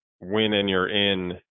win-and-you're-in